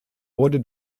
wurde